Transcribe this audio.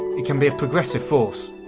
it can be a progressive force,